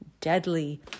Deadly